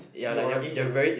you're Asian